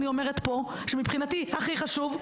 אני אומרת פה שמבחינתי הכי חשוב,